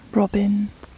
robins